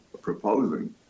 proposing